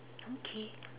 okay